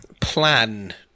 plan